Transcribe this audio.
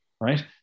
right